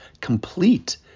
complete